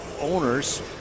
owners